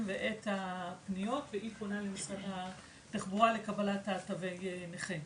ואת הפניות והיא פונה למשרד התחבורה לקבלת תוי הנכה.